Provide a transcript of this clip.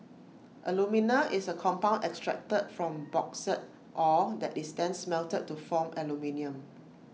alumina is A compound extracted from bauxite ore that is then smelted to form aluminium